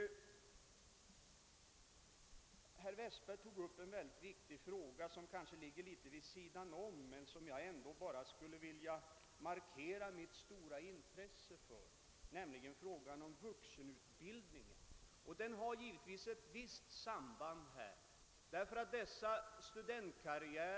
Herr Westberg tog upp en mycket viktig fråga, som kanske ligger litet vid sidan om men som jag ändå skulle vilja markera mitt stora intresse för, nämligen frågan om vuxenutbildningen. Den har givetvis ett visst samband med det problem vi diskuterar.